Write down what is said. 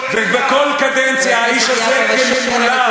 ובכל קדנציה האיש הזה כלולב מתנדנד,